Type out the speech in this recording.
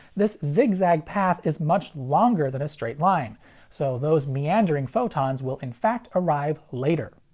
this zig-zag path is much longer than a straight line so those meandering photons will in fact arrive later.